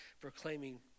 proclaiming